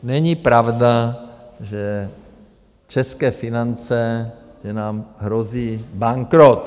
Není pravda, že české finance, že nám hrozí bankrot.